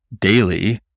daily